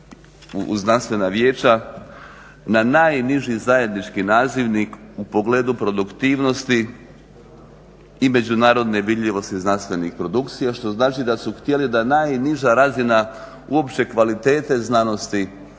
na najniži zajednički nazivnik u pogledu produktivnosti i međunarodne vidljivosti znanstvenih produkcija, što znači da su htjeli da najniža razina uopće kvalitete znanosti